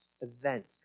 event